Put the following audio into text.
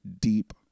Deep